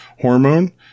hormone